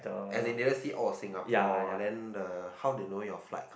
as in they just see orh Singapore then the how they know your flight